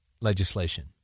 legislation